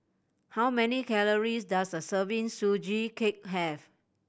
how many calories does a serving Sugee Cake have